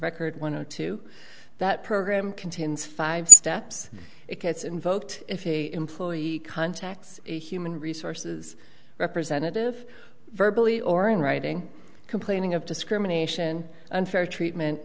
record one hundred two that program contains five steps it gets invoked if he employee contacts a human resources representative verbally or in writing complaining of discrimination unfair treatment